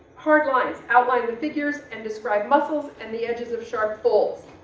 hard lines, outlined figures and described muscles and the edges of sharp folds,